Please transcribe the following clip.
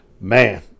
Man